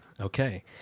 Okay